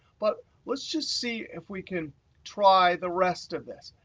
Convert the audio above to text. but let's just see if we can try the rest of this.